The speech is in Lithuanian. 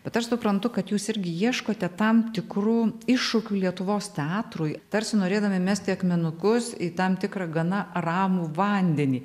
bet aš suprantu kad jūs irgi ieškote tam tikrų iššūkių lietuvos teatrui tarsi norėdami mesti akmenukus į tam tikrą gana ramų vandenį